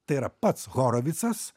tai yra pats horovicas